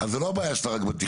אז זו לא הבעיה רק בתכנון,